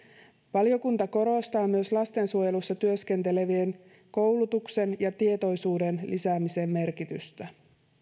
valiokunta korostaa myös lastensuojelussa työskentelevien koulutuksen ja tietoisuuden lisäämisen merkitystä